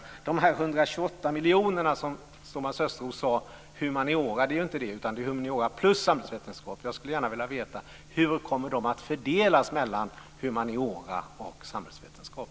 Thomas Östros nämnde 128 miljoner när det gällde humaniora. Det är ju inte det, utan det är humaniora plus samhällsvetenskap. Jag skulle gärna vilja veta hur det här kommer att fördelas mellan humaniora och samhällsvetenskap.